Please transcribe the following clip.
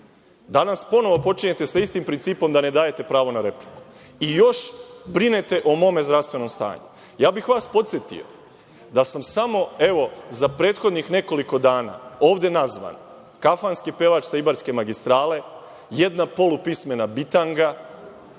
Danas ponovo počinjete sa istim principom da ne dajete pravo na repliku i još brinete o mome zdravstvenom stanju. Ja bih vas podsetio da sam samo, evo, za prethodnih nekoliko dana ovde nazvan „kafanski pevač sa ibarske magistrale“, „jedna polupismena bitanga“,